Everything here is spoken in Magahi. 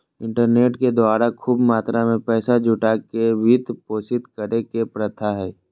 इंटरनेट के द्वारा खूब मात्रा में पैसा जुटा के वित्त पोषित करे के प्रथा हइ